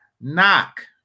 Knock